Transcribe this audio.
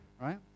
right